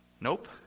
Nope